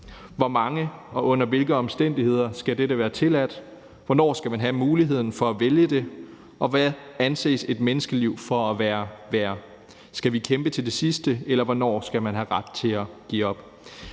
for, og under hvilke omstændigheder skal det være tilladt? Hvornår skal man have muligheden for at vælge det? Og hvad anses et menneskeliv for at være værd? Skal man kæmpe til det sidste, eller hvornår skal man have ret til at give op?